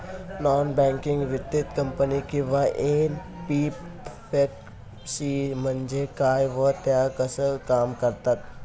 Non banking वित्तीय company किंवा NBFC म्हणजे काय व त्या कशा काम करतात?